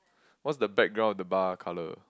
what's the background of the bar color